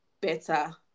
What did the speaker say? better